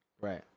right